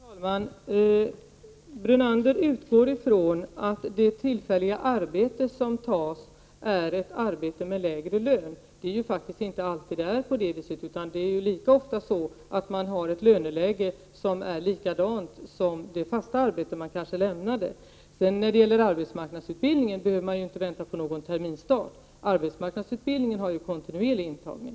Herr talman! Lennart Brunander utgår ifrån att det tillfälliga arbete som tas är ett arbete med lägre lön, men det är faktiskt inte alltid på det sättet. Det är lika ofta så att löneläget är detsamma som för det fasta arbete man lämnat. När det gäller arbetsmarknadsutbildningen behöver man inte vänta på någon terminsstart. Arbetsmarknadsutbildningen har ju kontinuerlig intagning.